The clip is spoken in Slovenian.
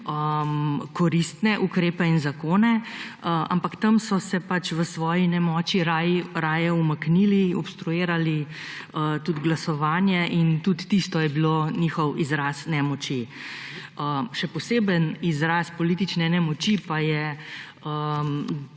koristne ukrepe in zakone, ampak tam so se pač v svoji nemoči raje umaknili, obstruirali tudi glasovanje in tudi tisto je bil njihov izraz nemoči. Še poseben izraz politične nemoči pa je